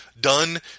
Done